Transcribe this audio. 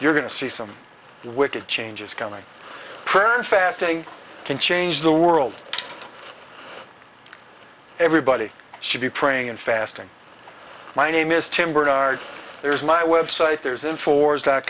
you're going to see some wicked changes coming prayer and fasting can change the world everybody should be praying and fasting my name is tim bernard there's my website there's inforce dot